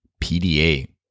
PDA